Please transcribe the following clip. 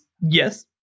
yes